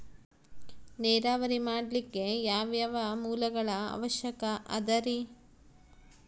ನೇರಾವರಿ ಮಾಡಲಿಕ್ಕೆ ಯಾವ್ಯಾವ ಮೂಲಗಳ ಅವಶ್ಯಕ ಅದರಿ?